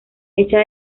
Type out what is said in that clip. echa